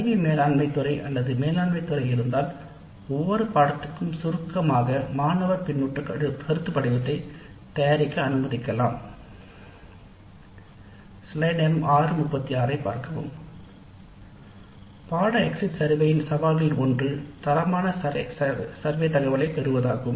கற்றல் சம்பந்தப்பட்ட துறைகளில் இவ்வகை மாணவர் மதிப்பீட்டு படிவங்கள் தயார் செய்யப்படலாம் எக்ஸிட் சர்வே பாடநெறி கணக்கெடுப்பின் முக்கிய சவால்களில் ஒன்று தரமான சர்வே டேட்டாவை பெறுவதாகும்